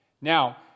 now